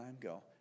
go